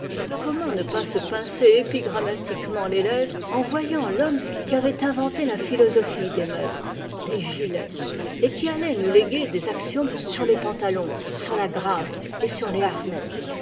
comment ne pas se pincer épigrammatiquement les lèvres en voyant l'homme qui avait inventé la philosophie des meubles des gilets et qui allait nous léguer des axiomes sur les pantalons sur la grâce et sur les harnais